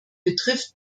betrifft